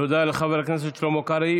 תודה לחבר הכנסת שלמה קרעי.